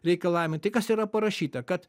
reikalavimai tai kas yra parašyta kad